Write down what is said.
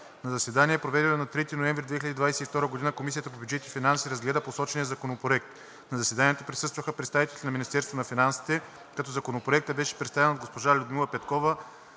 На заседание, проведено на 3 ноември 2022 г., Комисията по бюджет и финанси разгледа посочения законопроект. На заседанието присъстваха представителите на Министерството на финансите. Законопроектът беше представен от госпожа Людмила Петкова